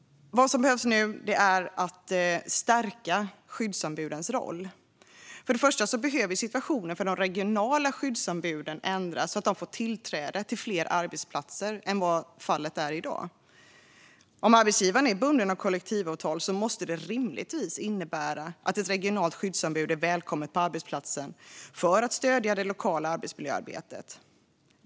Vad som behövs nu är att skyddsombudens roll stärks. För det första behöver situationen för de regionala skyddsombuden ändras så att de får tillträde till fler arbetsplatser än vad som är fallet i dag. Om arbetsgivaren är bunden av kollektivavtal måste det rimligtvis innebära att ett regionalt skyddsombud är välkommet på arbetsplatsen för att stödja det lokala arbetsmiljöarbetet.